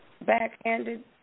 backhanded